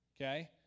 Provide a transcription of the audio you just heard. Okay